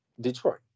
Detroit